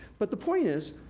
but the point is,